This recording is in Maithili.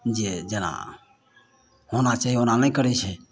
जे जेना होना चाही ओना नहि करै छै